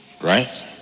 Right